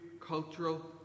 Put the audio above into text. cultural